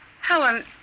Helen